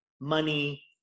money